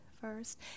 first